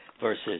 versus